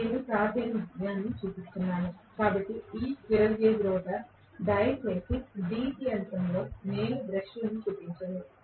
నేను ప్రాతినిధ్యాన్ని చూపిస్తున్నాను కాబట్టి ఈ స్క్విరెల్ కేజ్ రోటర్ ఇప్పుడు దయచేసి DC యంత్రంలో నేను బ్రష్లు చూపించను